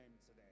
today